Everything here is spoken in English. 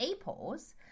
apples